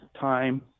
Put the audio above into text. time